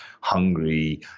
hungry